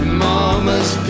mama's